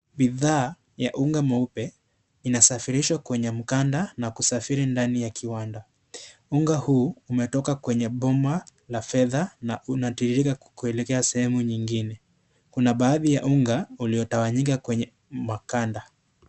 Bidhaa ya unga mweupe inasafirishwa kwenye miganda na kusafiri ndani ya kiwanda. Unga huu umetoka kwenye boma la fedha na unatiririka kuelekea sehemu nyingine. Kuna baadhi ya unga uliotawanyika kwenye maganda.